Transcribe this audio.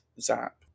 zap